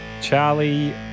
Charlie